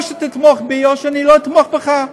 או שתתמוך בי או שאני לא אתמוך בך,